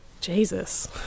Jesus